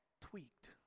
tweaked